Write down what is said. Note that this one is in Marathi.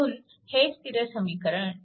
म्हणून हे स्थिर समीकरण